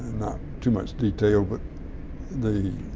not too much detail, but the